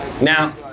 Now